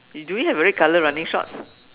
you do we have a red colour running shorts